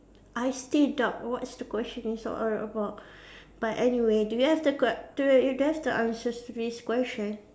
I still doubt what's the question is all about but anyway do you have the que~ do you do you have the answers to this question